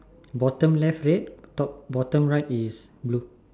bottom left red top bottom right is blue